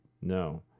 No